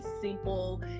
simple